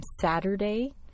Saturday